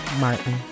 Martin